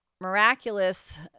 miraculous